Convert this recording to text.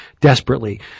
desperately